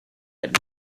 out